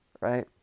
Right